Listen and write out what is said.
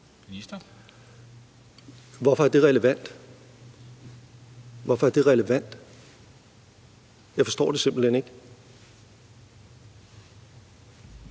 Hækkerup): Hvorfor er det relevant? Hvorfor er det relevant? Jeg forstår det simpelt hen ikke.